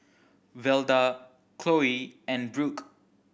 Velda Chloie and Brooke